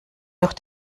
doch